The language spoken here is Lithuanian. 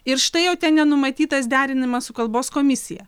ir štai jau ten nenumatytas derinimas su kalbos komisija